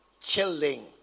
Chilling